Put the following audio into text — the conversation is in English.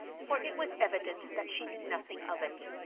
for it was evident that she knew nothing of it.